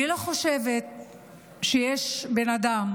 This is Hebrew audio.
אני לא חושבת שיש בן אדם